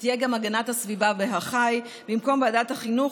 ותהיה גם "הגנת הסביבה והחי" במקום ועדת החינוך,